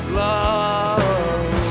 love